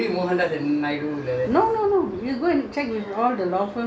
people will come last minute they will give us something they will send emails and ask you